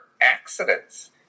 Accidents